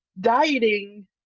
dieting